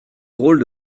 drôle